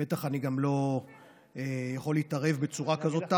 ובטח אני גם לא יכול להתערב בצורה כזאת.